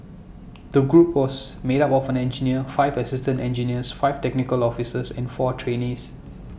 the group was made up of an engineer five assistant engineers five technical officers and four trainees